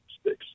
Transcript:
sticks